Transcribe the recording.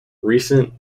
recent